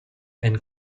and